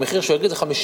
המחיר שהוא יגיד זה 50%,